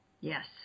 Yes